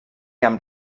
amb